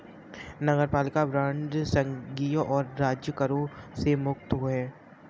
नगरपालिका बांड संघीय और राज्य करों से मुक्त हैं